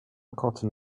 cotton